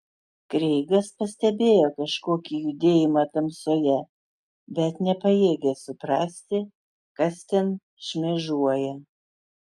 kreigas pastebėjo kažkokį judėjimą tamsoje bet nepajėgė suprasti kas ten šmėžuoja